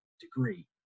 degree